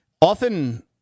often